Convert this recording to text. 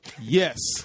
Yes